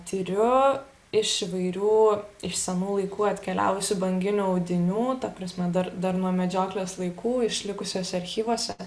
tiriu iš įvairių iš senų laikų atkeliavusių banginio audinių ta prasme dar dar nuo medžioklės laikų išlikusiuose archyvuose